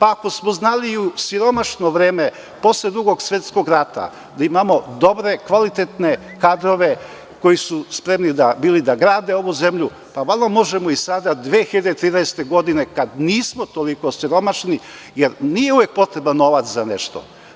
Ako smo znali i u siromašno vreme, posle Drugog svetskog rata, da imamo dobre i kvalitetne kadrove, koji su bili spremni da grade ovu zemlju, valjda možemo i sada, 2013. godine, kada nismo toliko siromašni, jer nije uvek potreban novac za nešto.